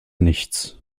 nichts